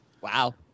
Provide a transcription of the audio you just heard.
Wow